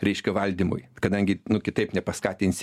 reiškia valdymui kadangi kitaip nepaskatinsi